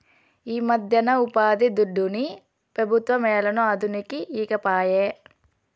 ఈమధ్యన ఉపాధిదుడ్డుని పెబుత్వం ఏలనో అదనుకి ఈకపాయే